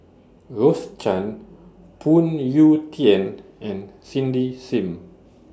Rose Chan Phoon Yew Tien and Cindy SIM